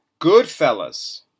Goodfellas